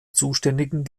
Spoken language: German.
zuständigen